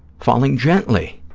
falling gently